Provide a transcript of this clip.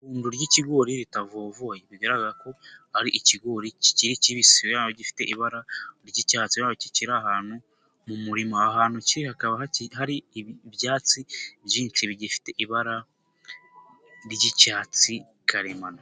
Ihundo ry'ikigori ritavovoye, bigaragara ko ari ikigori kibisi gifite ibara ry'icyatsi, kiri ahantu mu murima ahantu kiri hakaba hari ibyatsi byinshi bigifite ibara ry'icyatsi karemano.